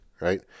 right